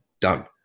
done